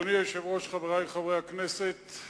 אדוני היושב-ראש, חברי חברי הכנסת,